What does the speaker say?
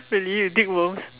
really we dig worms